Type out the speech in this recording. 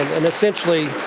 and essentially,